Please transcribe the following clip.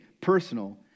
personal